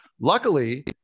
Luckily